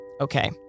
okay